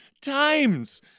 times